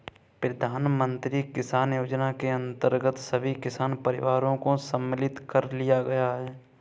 प्रधानमंत्री किसान योजना के अंतर्गत सभी किसान परिवारों को सम्मिलित कर लिया गया है